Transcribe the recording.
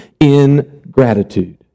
ingratitude